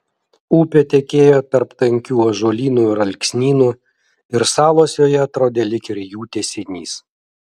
upė tekėjo tarp tankių ąžuolynų ir alksnynų ir salos joje atrodė lyg ir jų tęsinys